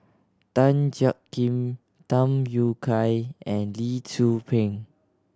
Tan Jiak Kim Tham Yui Kai and Lee Tzu Pheng